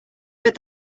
but